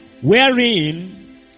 Wherein